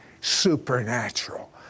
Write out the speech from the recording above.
supernatural